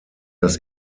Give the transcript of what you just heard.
das